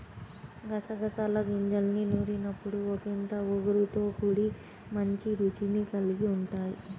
గసగసాల గింజల్ని నూరినప్పుడు ఒకింత ఒగరుతో కూడి మంచి రుచిని కల్గి ఉంటయ్